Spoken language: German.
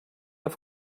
auf